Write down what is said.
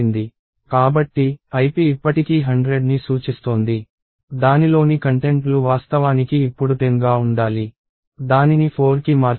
కాబట్టి ip ఇప్పటికీ 100ని సూచిస్తోంది దానిలోని కంటెంట్లు వాస్తవానికి ఇప్పుడు 10 గా ఉండాలి దానిని 4కి మార్చండి